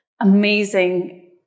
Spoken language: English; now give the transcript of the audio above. amazing